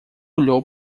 olhou